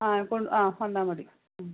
ആ കൊണ്ടു ആ വന്നാൽ മതി